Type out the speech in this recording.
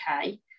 okay